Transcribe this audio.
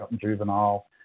juvenile